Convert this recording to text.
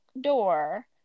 door